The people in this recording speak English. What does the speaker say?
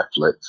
Netflix